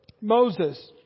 Moses